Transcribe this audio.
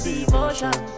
Devotion